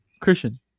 Christian